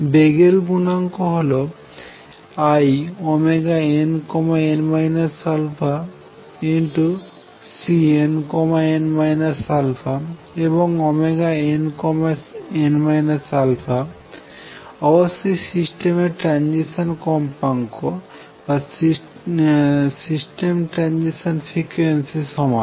বেগের গুনাঙ্ক হল inn αCnn α এবং nn α অবশ্যই সিস্টেমের ট্রাঞ্জিশন কম্পাঙ্কের সমান